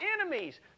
enemies